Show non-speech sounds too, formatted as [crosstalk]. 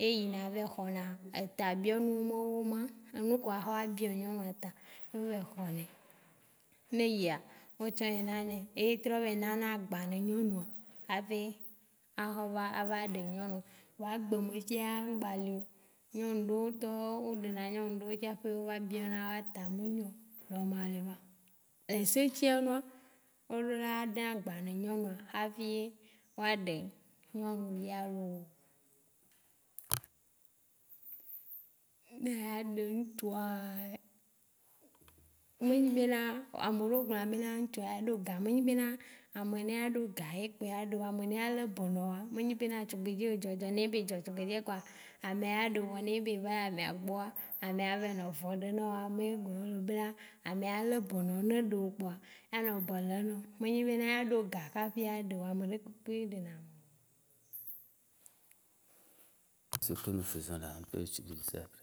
ye yina vɛ hɔna eta biɔ nu mao ma, enu ke wa hɔ wa bia nyɔnu ta o vɛ hɔnɛ. Ne eyi o tsɔ nanɛ etrɔ vɛ nana agba le nyɔnua, a be a hɔ va a vɛ ɖe nyɔnu. Vɔa egbe me fia ŋgba leo. Nyɔnuvio wo ŋtɔ o ɖe na nyɔnuvio tsã ƒe o biaɔ na wa ta, me nyo, nɔmalema. Le ese tsia ɖoa, o ɖo la ɖe agba le nyɔnua hafi wa ɖ nyɔnuvia lo. Ne eya ɖe ŋtsua, ne enyi be na, ameɖeo gblɔna be na ŋutsua ne ga- me enyi be na ame ne ya ɖo ga ye kpoe ya ɖeo. Ame ne ya lebe na woa, me nyi be na tugbedzɛ o dzɔdzɔ ne ebe edzɔ tugbedzɛ kpoa ame ya ɖeoa ne be eva amea gbɔa, amea va fuɖeɖe naoa me ye [unintelligible] be na amea ya lebeno. Ne eɖeo kpɔa ya nɔ be le naɔ. Me nyi be na ya ɖo ga kaƒe ya ɖeo. Ameɖe kpekpe wo ɖe na ame lo. [noise]